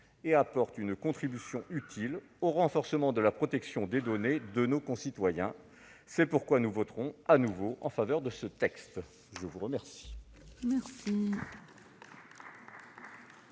et apporte une contribution utile au renforcement de la protection des données de nos concitoyens. Nous voterons donc de nouveau en faveur de ce texte. La parole